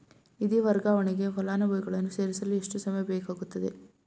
ನಿಧಿ ವರ್ಗಾವಣೆಗೆ ಫಲಾನುಭವಿಗಳನ್ನು ಸೇರಿಸಲು ಎಷ್ಟು ಸಮಯ ಬೇಕಾಗುತ್ತದೆ?